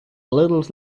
little